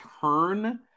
turn